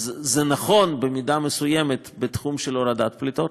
אז זה נכון במידה מסוימת בתחום של הורדת הפליטות,